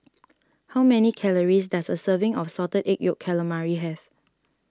how many calories does a serving of Salted Egg Yolk Calamari have